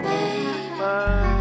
Baby